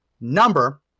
number